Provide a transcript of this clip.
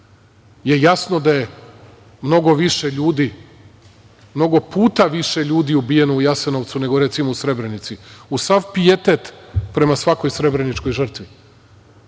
je jasno da je mnogo više ljudi, mnogo puta više ljudi ubijeno u Jasenovcu, nego recimo u Srebrenici, uz sav pijetet prema svakoj srebreničkoj žrtvi,